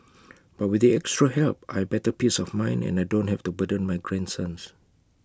but with the extra help I better peace of mind and I don't have to burden my grandsons